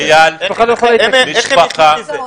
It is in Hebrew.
איך הם יחיו מזה?